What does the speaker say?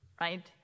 right